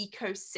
ecosystem